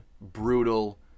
brutal